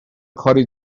کاری